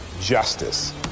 justice